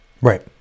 right